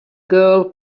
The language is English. girl